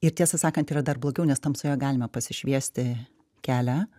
ir tiesą sakant yra dar blogiau nes tamsoje galima pasišviesti kelią